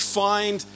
find